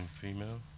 female